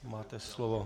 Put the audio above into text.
Máte slovo.